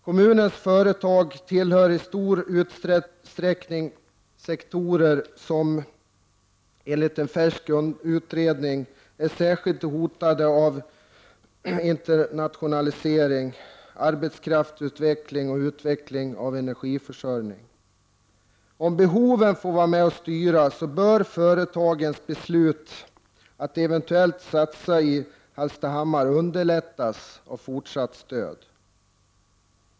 Företagen i kommunen tillhör i stor utsträckning sektorer som enligt en färsk utredning är särskilt hotade av internationaliseringen, arbetskraftsutvecklingen och utvecklingen av energiförsörjningen. Om behoven får vara med och styra bör företagens beslut att eventuellt satsa i Hallstahammar underlättas av fortsatt stöd.